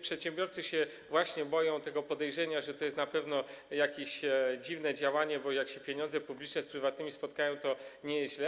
przedsiębiorcy się właśnie boją tego podejrzenia, że to jest na pewno jakieś dziwne działanie, bo jak się pieniądze publiczne z prywatnymi spotkają, to nie jest źle.